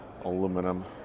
Aluminum